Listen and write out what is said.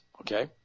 okay